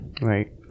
Right